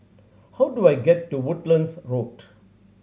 how do I get to Woodlands Road